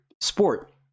sport